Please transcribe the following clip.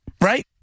Right